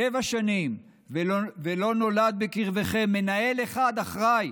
שבע שנים ולא נולד בקרבכם מנהל אחד אחראי